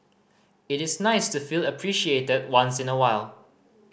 it is nice to feel appreciated once in a while